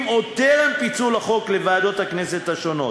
עוד טרם פיצול החוק לוועדות הכנסת השונות.